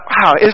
wow